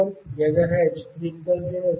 4 GHz ఫ్రీక్వెన్సీని ఉపయోగిస్తుంది